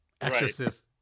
exorcist